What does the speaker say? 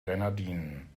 grenadinen